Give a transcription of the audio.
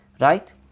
Right